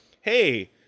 hey